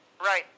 Right